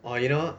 or you know